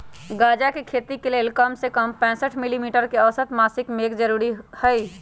गजा के खेती के लेल कम से कम पैंसठ मिली मीटर के औसत मासिक मेघ जरूरी हई